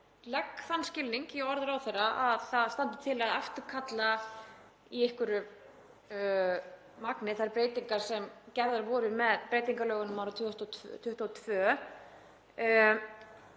legg þann skilning í orð ráðherra að það standi til að afturkalla að einhverju leyti þær breytingar sem gerðar voru með breytingalögunum árið 2022.